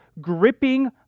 gripping